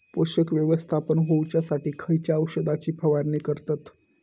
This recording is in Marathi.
पोषक व्यवस्थापन होऊच्यासाठी खयच्या औषधाची फवारणी करतत?